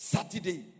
Saturday